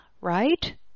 right